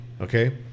Okay